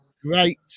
Great